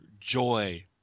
joy